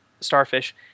Starfish